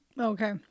okay